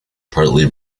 partly